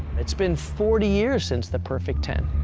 it's been forty years since the perfect ten.